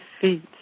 feet